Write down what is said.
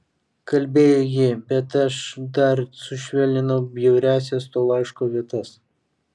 kalbėjo ji bet aš dar sušvelninau bjauriausias to laiško vietas